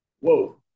Whoa